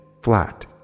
flat